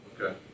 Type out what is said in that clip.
Okay